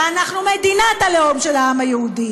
ואנחנו מדינת הלאום של העם היהודי,